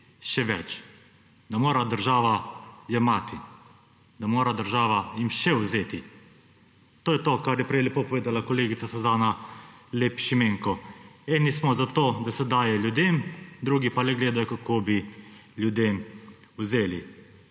še več, da mora država jemati, da jim mora država še vzeti. To je to, kar je prej lepo povedala kolegica Suzana Lep Šimenko, eni smo za to, da se daje ljudem, drugi pa le gledajo, kako bi ljudem vzeli.